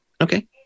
Okay